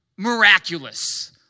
Miraculous